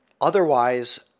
Otherwise